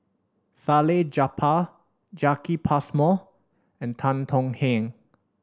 Salleh Japar Jacki Passmore and Tan Tong Hye